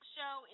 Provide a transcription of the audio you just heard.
show